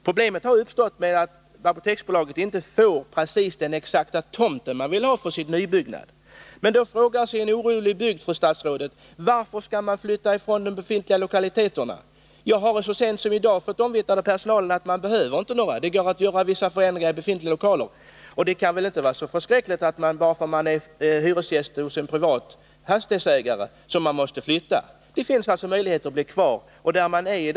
Problemet har uppstått i och med att Apoteksbolaget inte får exakt den tomt man vill ha för sin nybyggnad. Då frågar sig en orolig bygd, fru statsråd: Varför skall man flytta ifrån de befintliga lokaliteterna? Jag har så sent som i dag fått omvittnat av personalen att man inte behöver några nya lokaler. Det går att göra vissa förändringar i de befintliga lokalerna. Det kan väl inte vara så illa att det är bara för att apoteket är hyresgäst hos en privat fastighetsägare som man måste flytta. Det finns alltså möjligheter att bli kvar i de nuvarande lokalerna.